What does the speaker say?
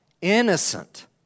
Innocent